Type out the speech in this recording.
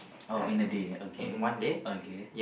oh in the day okay okay